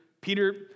Peter